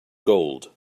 gold